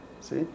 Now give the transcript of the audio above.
See